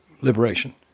liberation